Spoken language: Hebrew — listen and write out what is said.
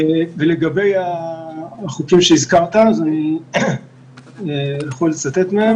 לגבי החוקים שהזכרת אני יכול לצטט מהם.